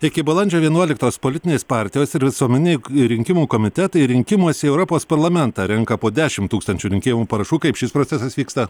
iki balandžio vienuoliktos politinės partijos ir visuomeniniai rinkimų komitetai rinkimuose į europos parlamentą renka po dešim tūkstančių rinkėjų parašų kaip šis procesas vyksta